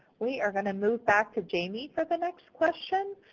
we are going to move back to jayme for the next question.